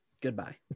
goodbye